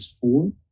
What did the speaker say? four